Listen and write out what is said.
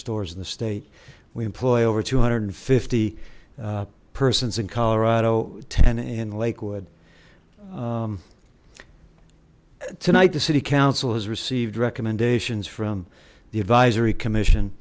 stores in the state we employ over two hundred and fifty persons in colorado ten in lakewood tonight the city council has received recommendations from the advisory commission